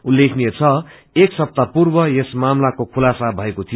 उल्लेखनीय छ एक सप्ताह पूर्व यस मामलाको खुलासा भएको थियो